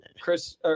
Chris